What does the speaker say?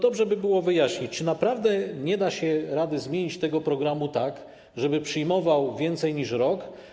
Dobrze by było to wyjaśnić, czy naprawdę nie da rady zmienić tego programu tak, żeby przyjmował więcej niż rok.